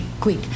quick